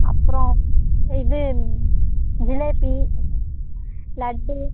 அப்புறம் இது ஜிலேபி லட்டு